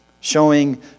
showing